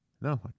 No